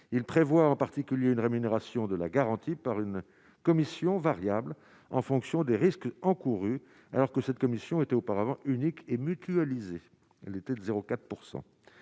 il prévoit en particulier une rémunération de la garantie par une commission variable en fonction des risques encourus, alors que cette commission était auparavant unique et mutualisé, elle était de 0 4